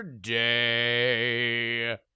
day